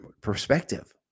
perspective